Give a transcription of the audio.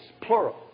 Plural